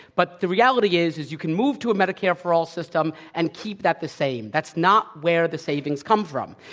but the reality is is you can move to a medicare for all system and keep that the same. that's not where the savings come from.